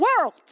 world